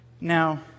Now